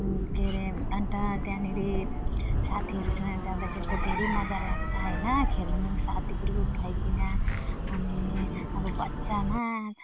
के अरे अन्त त्यहाँनेरि साथीहरूसँग जाँदाखेरि त्यो धेरै मजा लाग्छ होइन खेल्नु साथी ग्रुप भइकन अनि अब बच्चामा